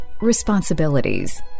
responsibilities